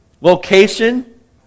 location